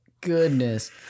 Goodness